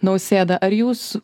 nausėda ar jūs